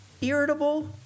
irritable